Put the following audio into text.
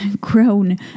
grown